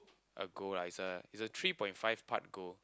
a goal lah it's it's a three point five part goal